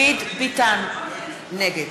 נגד